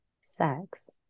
sex